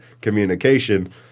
communication